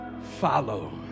follow